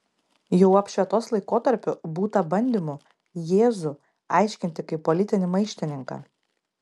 jau apšvietos laikotarpiu būta bandymų jėzų aiškinti kaip politinį maištininką